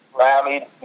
rallied